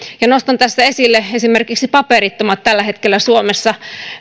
ja nostan tässä esille esimerkiksi paperittomat tällä hetkellä suomessa